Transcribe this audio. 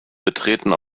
betreten